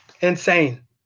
insane